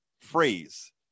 phrase